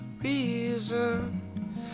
reason